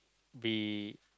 be